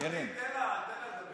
אז זה פחות משמעותי?